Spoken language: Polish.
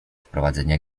wprowadzania